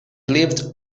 lived